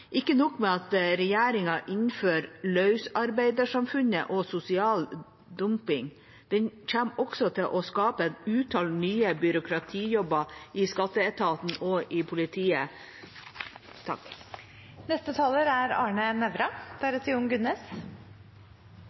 Ikke nok med at regjeringa innfører løsarbeidersamfunnet og sosial dumping – den kommer også til å skape et utall nye byråkratijobber i skatteetaten og i politiet. Det er